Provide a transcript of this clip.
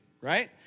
right